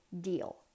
deal